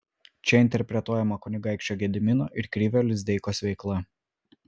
čia interpretuojama kunigaikščio gedimino ir krivio lizdeikos veikla